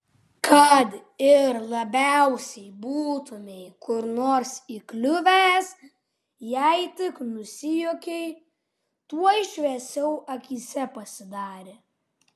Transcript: kad ir labiausiai būtumei kur nors įkliuvęs jei tik nusijuokei tuoj šviesiau akyse pasidarė